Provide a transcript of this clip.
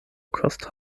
cost